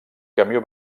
camió